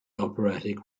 operatic